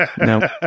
No